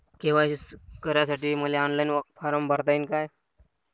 KYC करासाठी मले online form भरता येईन का?